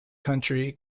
country